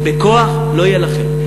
בכוח לא יהיה לכם.